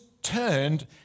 turned